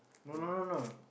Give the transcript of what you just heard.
no no no no